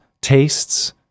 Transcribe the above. tastes